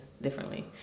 differently